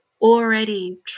already